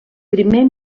primer